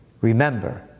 Remember